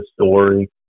story